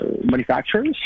manufacturers